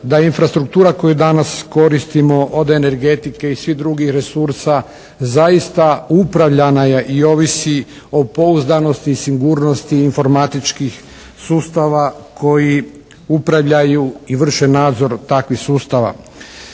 da infrastruktura koju danas koristimo od energetike i svih drugih resursa zaista upravljana je i ovisi o pouzdanosti sigurnosti informatičkih sustava koji upravljaju i vrše nadzor takvih sustava.